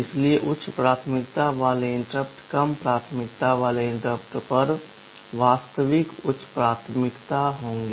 इसलिए उच्च प्राथमिकता वाले इंटरप्ट कम प्राथमिकता वाले इंटरप्ट पर वास्तविक उच्च प्राथमिकता होंगे